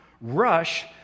rush